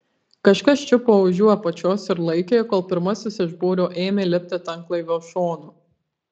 kažkas čiupo už jų apačios ir laikė kol pirmasis iš būrio ėmė lipti tanklaivio šonu